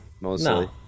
No